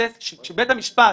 כשבית המשפט